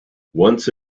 once